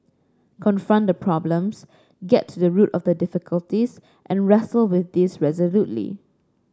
confront the problems get to the root of the difficulties and wrestle with these resolutely